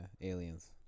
aliens